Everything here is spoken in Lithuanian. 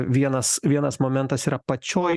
vienas vienas momentas yra pačioj